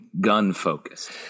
gun-focused